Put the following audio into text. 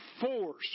force